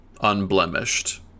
unblemished